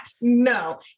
No